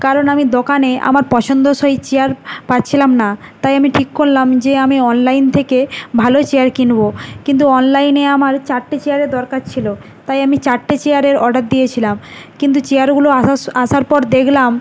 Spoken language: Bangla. কারণ আমি দোকানে আমার পছন্দসই চেয়ার পাচ্ছিলাম না তাই আমি ঠিক করলাম যে আমি অনলাইন থেকে ভালো চেয়ার কিনব কিন্তু অনলাইনে আমার চারটে চেয়ারের দরকার ছিলো তাই আমি চারটে চেয়ারের অর্ডার দিয়েছিলাম কিন্তু চেয়ারগুলো আসারস আসার পর দেখলাম